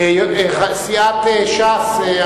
סיעת ש"ס,